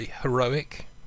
heroic